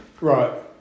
Right